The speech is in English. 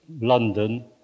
London